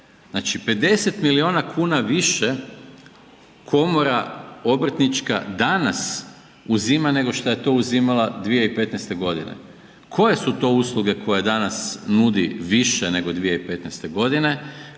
znači 50 milijuna kuna više komora obrtnička danas uzima nego što je to uzimala 2015. g. Koje su to usluge koje danas nudi više nego 2015. g.?